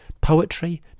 Poetry